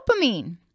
dopamine